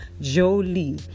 Jolie